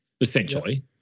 essentially